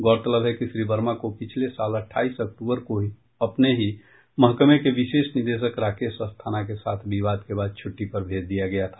गौरतलब है कि श्री वर्मा को पिछले साल अट्ठाईस अक्टूबर को अपने ही महकमे के विशेष निदेशक राकेश अस्थाना के साथ विवाद के बाद छुट्टी पर भेज दिया गया था